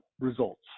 results